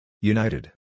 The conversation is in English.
United